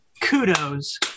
Kudos